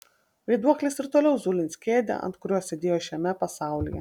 vaiduoklis ir toliau zulins kėdę ant kurios sėdėjo šiame pasaulyje